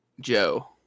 joe